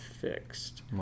fixed